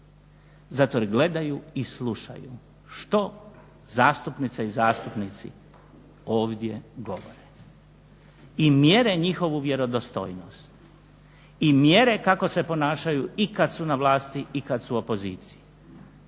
Zato jer gledaju i slušaju što zastupnice i zastupnici ovdje govore i mjere njihovu vjerodostojnost i mjere kako se ponašaju i kad su na vlasti i kad su u opoziciji.